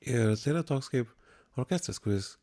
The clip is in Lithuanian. ir tai yra toks kaip orkestras kuris